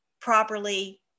properly